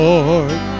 Lord